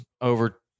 over